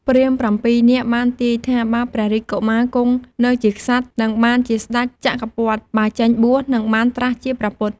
ព្រាហ្មណ៍ ៧ នាក់ បានទាយថាបើព្រះរាជកុមារគង់នៅជាក្សត្រ នឹងបានជាស្តេចចក្រពត្តិ បើចេញបួសនឹងបានត្រាស់ជាព្រះពុទ្ធ។